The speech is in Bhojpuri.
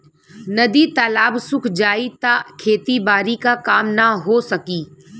नदी तालाब सुख जाई त खेती बारी क काम ना हो सकी